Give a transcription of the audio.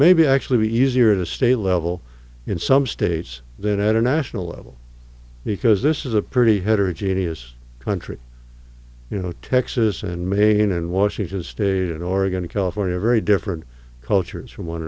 maybe actually be easier to state level in some states that at a national level because this is a pretty heterogeneous country you know texas and maine and washington state and oregon and california are very different cultures from one